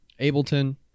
ableton